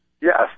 Yes